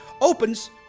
opens